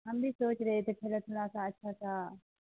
ہم بھی سوچ رہے تھے پہلے تھوڑا سا اچھا سا